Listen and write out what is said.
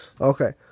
Okay